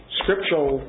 scriptural